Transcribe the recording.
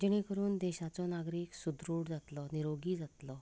जेणें करून देशाचो नागरीक सदृढ जातलो निरोगी जातलो